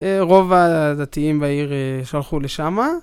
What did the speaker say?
רוב הדתיים בעיר שלחו לשמה.